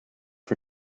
for